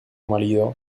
marido